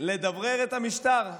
לדברר את המשטר?